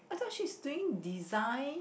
I thought she is doing design